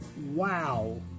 Wow